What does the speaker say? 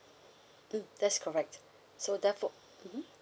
mm that's correct so therefore mmhmm